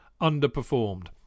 underperformed